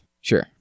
Sure